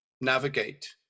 navigate